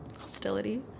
hostility